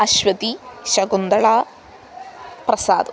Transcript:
अश्वतिः शकुन्तला प्रसादः